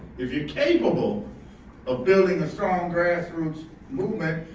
if you're capable of building a strong grassroots movement,